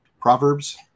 Proverbs